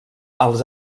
als